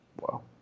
Wow